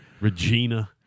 Regina